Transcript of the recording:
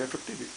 אפקטיבי.